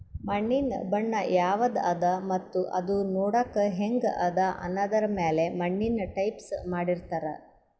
ಮಣ್ಣಿನ್ ಬಣ್ಣ ಯವದ್ ಅದಾ ಮತ್ತ್ ಅದೂ ನೋಡಕ್ಕ್ ಹೆಂಗ್ ಅದಾ ಅನ್ನದರ್ ಮ್ಯಾಲ್ ಮಣ್ಣಿನ್ ಟೈಪ್ಸ್ ಮಾಡಿರ್ತಾರ್